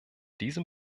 diesem